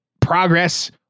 progress